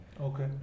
okay